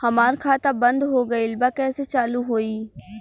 हमार खाता बंद हो गईल बा कैसे चालू होई?